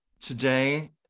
today